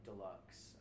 Deluxe